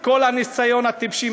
למרות כל הניסיון הטיפשי,